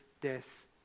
death